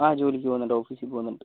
ആ ജോലിക്ക് പോവുന്നുണ്ട് ഓഫീസിൽ പോവുന്നുണ്ട്